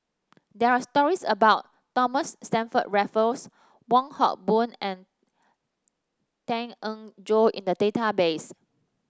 there are stories about Thomas Stamford Raffles Wong Hock Boon and Tan Eng Joo in the database